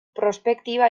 prospektiba